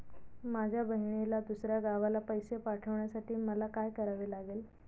माझ्या बहिणीला दुसऱ्या गावाला पैसे पाठवण्यासाठी मला काय करावे लागेल?